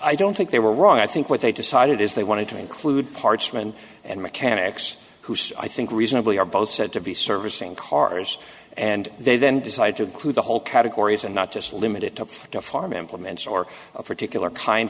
i don't think they were wrong i think what they decided is they wanted to include parts friends and mechanics who so i think reasonably are both said to be servicing cars and they then decide to include the whole categories and not just limit it up to farm implements or a particular kind